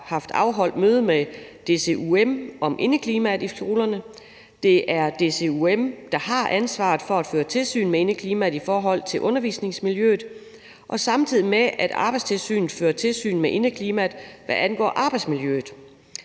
man afholdt møde med DCUM om indeklimaet i skolerne. Det er DCUM, der har ansvaret for at føre tilsyn med indeklimaet i forhold til undervisningsmiljøet, samtidig med at Arbejdstilsynet fører tilsyn med indeklimaet, hvad angår arbejdsmiljøet.